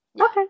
Okay